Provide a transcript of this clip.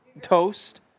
Toast